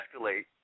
escalate